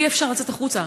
אי-אפשר לצאת החוצה.